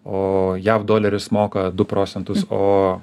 o jav doleris moka du procentus o